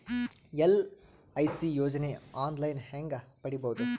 LIC ಯೋಜನೆ online ಹೇಂಗ ಪಡಿಬಹುದು?